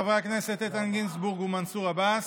חברי הכנסת איתן גינזבורג ומנסור עבאס,